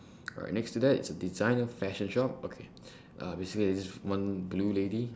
alright next to that is a designer fashion shop okay basically it's just one blue lady